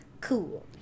Cool